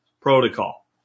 protocol